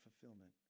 fulfillment